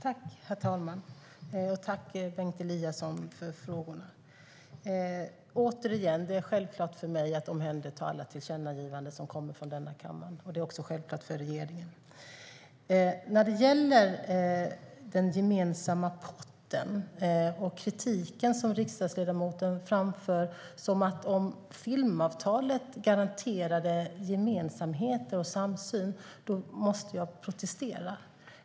Herr talman! Tack, Bengt Eliasson, för frågorna! Återigen: Det är självklart för mig att omhänderta alla tillkännagivanden som kommer från denna kammare. Det är också självklart för regeringen. När det gäller den gemensamma potten och kritiken som riksdagsledamoten framför om att filmavtalet garanterade gemensamhet och samsyn måste jag protestera.